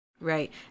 Right